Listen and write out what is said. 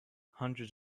hundreds